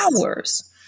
hours